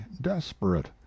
desperate